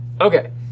Okay